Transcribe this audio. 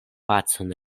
pacon